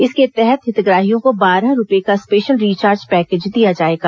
इसके तहत हितग्राहियों को बारह रूपए का स्पेशल रिचार्ज पैकेज दिया जाएगा